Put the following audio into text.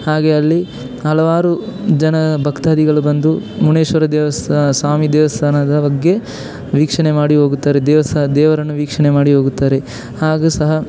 ಹಾಗೇ ಅಲ್ಲಿ ಹಲವಾರು ಜನ ಭಕ್ತಾದಿಗಳು ಬಂದು ಮುನೇಶ್ವರ ದೇವಸಾ ಸ್ವಾಮಿ ದೇವಸ್ಥಾನದ ಬಗ್ಗೆ ವೀಕ್ಷಣೆ ಮಾಡಿ ಹೋಗುತ್ತಾರೆ ದೇವಸಾ ದೇವರನ್ನು ವೀಕ್ಷಣೆ ಮಾಡಿ ಹೋಗುತ್ತಾರೆ ಹಾಗೂ ಸಹ